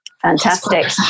Fantastic